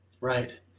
Right